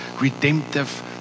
redemptive